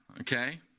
Okay